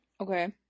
Okay